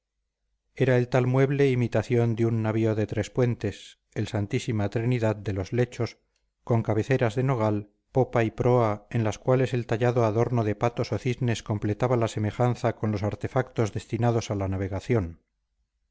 era el tal mueble imitación de un navío de tres puentes el santísima trinidadde los lechos con cabeceras de nogal popa y proa en las cuales el tallado adorno de patos o cisnes completaba la semejanza con los artefactos destinados a la navegación